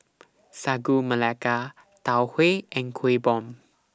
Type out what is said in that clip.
Sagu Melaka Tau Huay and Kueh Bom